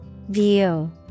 View